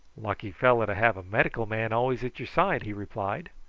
lucky fellow to have a medical man always at your side, he replied.